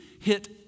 hit